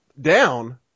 Down